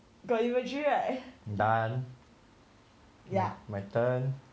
done ya my turn